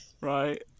right